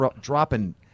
dropping